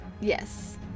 Yes